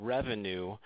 Revenue